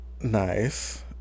nice